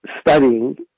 studying